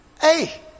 Hey